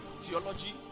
theology